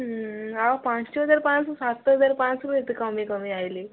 ହୁଁ ଆଉ ପାଞ୍ଚ ହଜାର ପାଁ'ଶହ ସାତ ହଜାର ପାଁ'ଶହରୁ ଏତେ କମି କମି ଆଇଲି